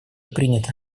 приняты